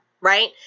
Right